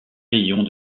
rayons